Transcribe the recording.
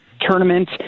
tournament